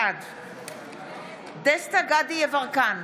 בעד דסטה גדי יברקן,